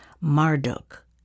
Marduk